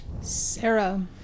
Sarah